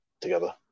together